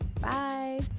bye